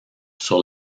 sur